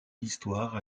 l’histoire